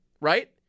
right